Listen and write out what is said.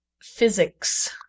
physics